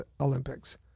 Olympics